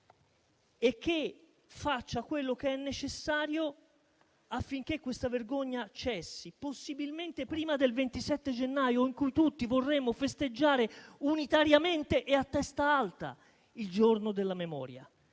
e di fare quanto necessario affinché questa vergogna cessi, possibilmente prima del 27 gennaio, quando tutti vorremmo festeggiare unitariamente e a testa alta il Giorno della memoria.